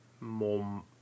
more